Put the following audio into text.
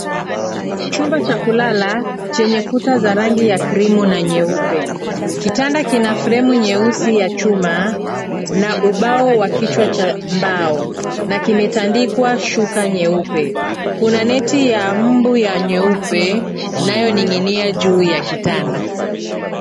Chumba cha kulala, chenye kuta za rangi ya krimu na nyeupe. Kitanda kina fremu nyeusi ya chuma, na ubao wa kichwa cha mbao, na kimetandikwa shuka nyeupe. Kuna neti ya mbu ya nyeupe, inayoning'inia juu ya kitanda.